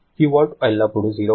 కాబట్టి Qout ఎల్లప్పుడూ 0